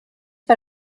per